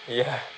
ya